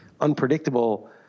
unpredictable